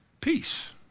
Peace